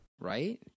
right